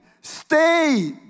stay